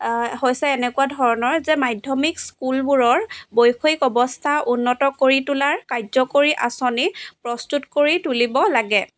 হৈছে এনেকুৱা ধৰণৰ যে মাধ্যমিক স্কুলবোৰৰ বৈষয়িক অৱস্থা উন্নত কৰি তোলাৰ কাৰ্যকৰী আঁচনি প্ৰস্তুত কৰি তুলিব লাগে